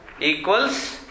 equals